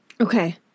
Okay